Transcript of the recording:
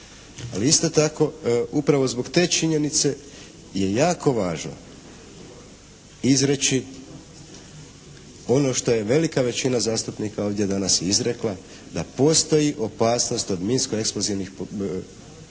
isto tako upravo zbog te činjenice je jako važno izreći ono što je velika većina zastupnika ovdje danas izrekla da postoji opasnost od minsko eksplozivnih naprava